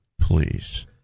please